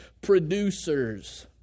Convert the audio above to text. producers